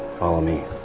follow me.